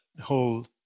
whole